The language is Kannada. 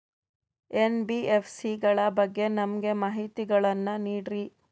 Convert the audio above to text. ಎನ್.ಬಿ.ಎಫ್.ಸಿ ಗಳ ಬಗ್ಗೆ ನಮಗೆ ಮಾಹಿತಿಗಳನ್ನ ನೀಡ್ರಿ?